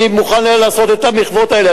אני מוכן לעשות את המחוות האלה.